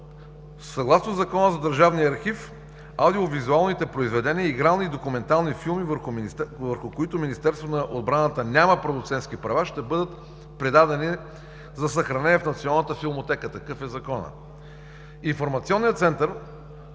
съгласно Закона за държавния архив аудиовизуалните произведения, игрални и документални филми, върху които Министерство на отбраната няма продуцентски права, ще бъдат предадени за съхранение в Националната филмотека. Такъв е Законът! Информационният център